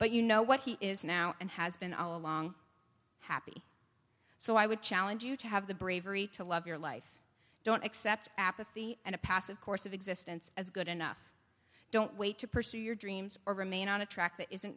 but you know what he is now and has been all along happy so i would challenge you to have the bravery to love your life don't accept apathy and a passive course of existence as good enough don't wait to pursue your dreams or remain on a track that isn't